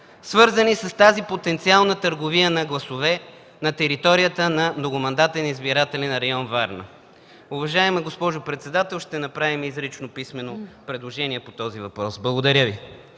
свързани с тази потенциална търговия на гласове на територията на многомандатен избирателен район Варна. Уважаема госпожо председател, ще направим изрично писмено предложение по този въпрос. Благодаря Ви.